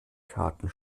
karten